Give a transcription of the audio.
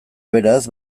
beraz